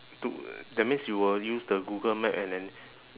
to that means you will use the google map and then